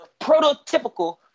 prototypical